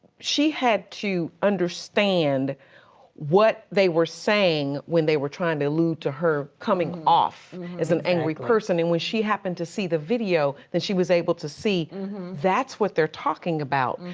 she had to understand what they were saying when they were trying to allude to her coming off as an angry person and when she happen to see the video, then she was able to see that's what they're talking about.